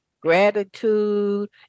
gratitude